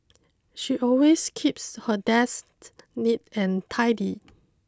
she always keeps her desk neat and tidy